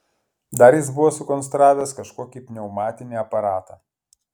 dar jis buvo sukonstravęs kažkokį pneumatinį aparatą